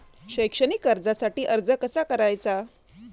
शैक्षणिक कर्जासाठी अर्ज कसा करायचा?